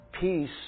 peace